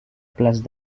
place